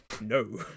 No